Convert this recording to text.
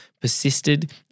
persisted